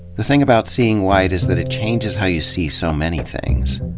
the thing about seeing white is that it changes how you see so many things.